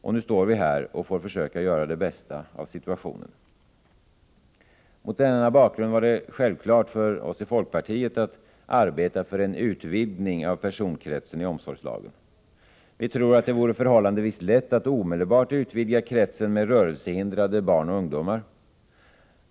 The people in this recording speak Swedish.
Och nu står vi här och får försöka göra det bästa av situationen. Mot denna bakgrund var det självklart för oss i folkpartiet att arbeta för en utvidgning av personkretsen i omsorgslagen. Vi tror att det vore förhållandevis lätt att omedelbart utvidga kretsen med rörelsehindrade barn och ungdomar.